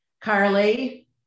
Carly